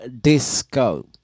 Disco